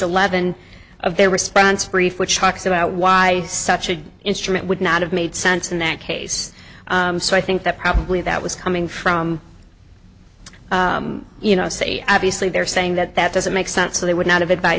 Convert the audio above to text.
eleven of a response brief which talks about why such an instrument would not have made sense in that case so i think that probably that was coming from you know say obviously they're saying that that doesn't make sense so they would not have